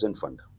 Fund